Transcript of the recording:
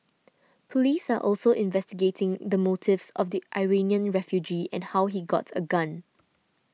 police are also investigating the motives of the Iranian refugee and how he got a gun